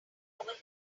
over